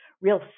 real